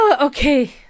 Okay